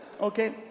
okay